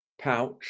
pouch